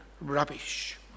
rubbish